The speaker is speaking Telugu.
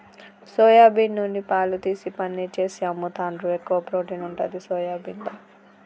సొయా బీన్ నుండి పాలు తీసి పనీర్ చేసి అమ్ముతాండ్రు, ఎక్కువ ప్రోటీన్ ఉంటది సోయాబీన్ల